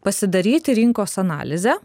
pasidaryti rinkos analizę